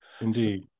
Indeed